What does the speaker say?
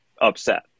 upset